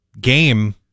game